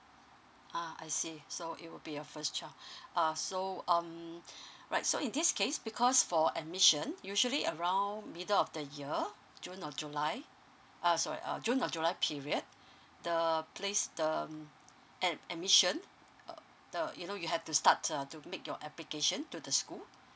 ah I see so it will be your first child uh so um right so in this case because for admission usually around middle of the year june or july uh sorry uh june or july period the place the ad~ admission uh the you know you have to start a to make your application to the school